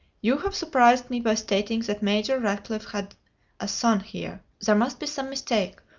you have surprised me by stating that major ratcliffe had a son here there must be some mistake,